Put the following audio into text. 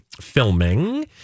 filming